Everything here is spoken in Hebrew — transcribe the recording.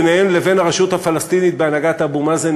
בינן לבין הרשות הפלסטינית בהנהגת אבו מאזן,